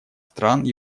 стран